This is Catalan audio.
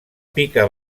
pica